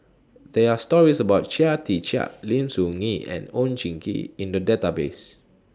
There Are stories about Chia Tee Chiak Lim Soo Ngee and Oon Jin Gee in The Database